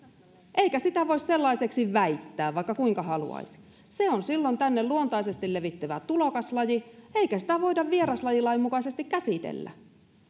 eikä sitä voi sellaiseksi väittää vaikka kuinka haluaisi se on silloin tänne luontaisesti levittyvä tulokaslaji eikä sitä voida vieraslajilain mukaisesti käsitellä